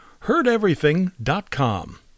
heardeverything.com